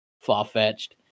far-fetched